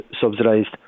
subsidised